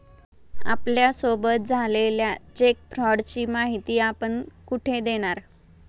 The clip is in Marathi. आपल्यासोबत झालेल्या चेक फ्रॉडची माहिती आपण कुठे देणार?